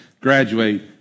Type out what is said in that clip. graduate